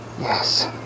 Yes